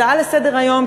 הצעה לסדר-היום,